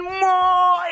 more